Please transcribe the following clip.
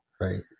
right